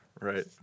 Right